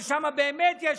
ששם באמת יש